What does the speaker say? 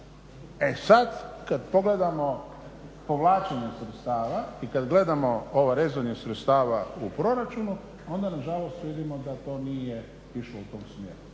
E sad kad pogledamo povlačenje sredstava i kad gledamo ovo rezanje sredstava u proračunu onda nažalost vidimo da to nije išlo u tom smjeru.